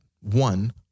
one